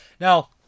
Now